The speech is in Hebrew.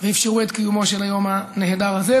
ואפשרו את קיומו של היום הנהדר הזה,